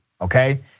okay